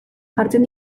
jartzen